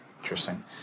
Interesting